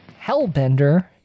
Hellbender